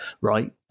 Right